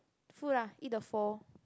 food ah eat the pho